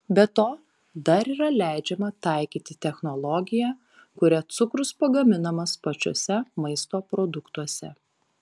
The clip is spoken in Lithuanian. be to dar yra leidžiama taikyti technologiją kuria cukrus pagaminamas pačiuose maisto produktuose